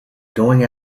going